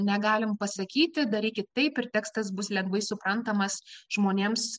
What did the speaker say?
negalim pasakyti darykit taip ir tekstas bus lengvai suprantamas žmonėms